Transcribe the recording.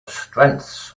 strengths